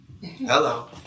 Hello